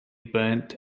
burnt